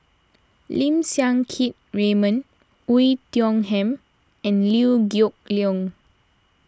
Lim Siang Keat Raymond Oei Tiong Ham and Liew Geok Leong